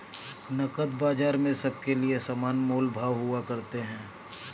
नकद बाजार में सबके लिये समान मोल भाव हुआ करते हैं